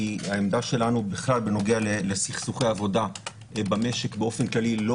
עמדה שלנו מול סכסוכי עבודה במשק באופן כללי לא